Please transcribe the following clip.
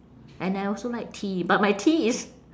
and I also like tea but my tea is